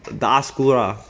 the art school lah